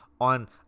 on